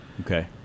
Okay